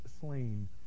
slain